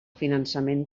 finançament